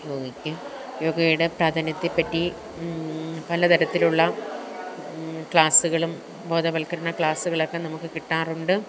യോഗയ്ക്ക് യോഗയുടെ പ്രാധാന്യത്തെ പറ്റി പല തരത്തിലുള്ള ക്ലാസുകളും ബോധവല്ക്കരണ ക്ലാസുകളൊക്കെ നമുക്ക് കിട്ടാറുണ്ട്